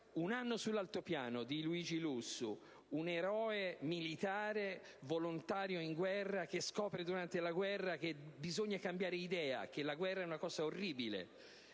«Un anno sull'altopiano» di Emilio Lussu: un eroe militare volontario in guerra che scopre durante la guerra che bisogna cambiare idea, che la guerra è una cosa orribile;